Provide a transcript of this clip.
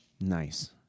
nice